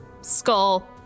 skull